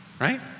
Right